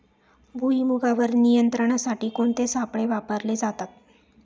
भुईमुगावर नियंत्रणासाठी कोणते सापळे वापरले जातात?